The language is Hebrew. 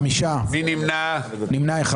שלושה בעד, חמישה נגד, נמנע אחד.